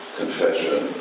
confession